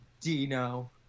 Dino